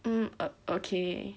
mm err okay